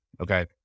Okay